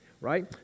right